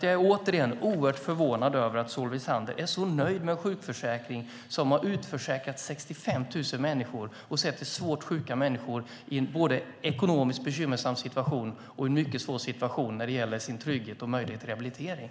Jag är förvånad över att Solveig Zander är så nöjd med sjukförsäkringen som har utförsäkrat 65 000 människor och sätter svårt sjuka människor både i en ekonomiskt bekymmersam situation och i en mycket svår situation när det gäller trygghet och möjlighet till rehabilitering.